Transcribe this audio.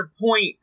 point